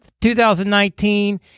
2019